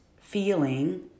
feeling